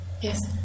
Yes